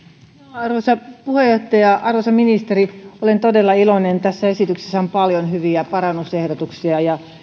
arvoisa puheenjohtaja arvoisa ministeri olen todella iloinen tässä esityksessä on paljon hyviä parannusehdotuksia